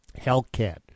Hellcat